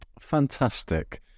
Fantastic